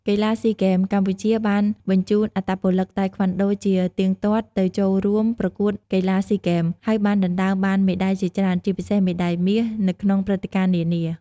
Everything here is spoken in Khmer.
កីឡាស៊ីហ្គេម SEA Games កម្ពុជាបានបញ្ជូនអត្តពលិកតៃក្វាន់ដូជាទៀងទាត់ទៅចូលរួមប្រកួតកីឡាស៊ីហ្គេម ហើយបានដណ្ដើមបានមេដាយជាច្រើន ជាពិសេសមេដាយមាសនៅក្នុងព្រឹត្តិការណ៍នានា។